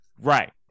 right